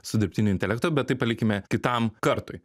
su dirbtiniu intelektu bet tai palikime kitam kartui